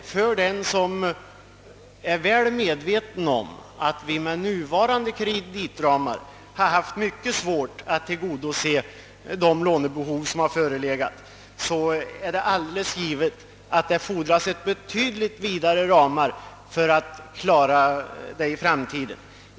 För den som är medveten om att vi med nuvarande kreditramar haft mycket svårt att tillgodose de lånebehov som har förelegat är det dock alldeles givet att det fordras betydligt vidare ramar för att klara detta behov i framtiden.